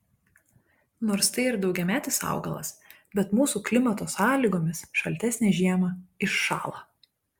nors tai ir daugiametis augalas bet mūsų klimato sąlygomis šaltesnę žiemą iššąla